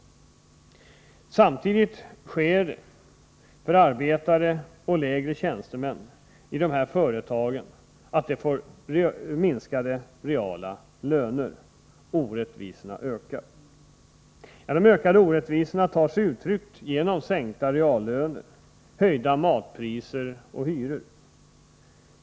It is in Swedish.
Detta sker samtidigt som arbetare och lägre tjänstemän i dessa företag får minskade reala löner. Orättvisorna ökar. De ökade orättvisorna tar sig uttryck i sänkta reallöner, höjda matpriser och hyror.